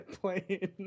playing